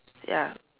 ya